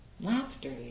laughter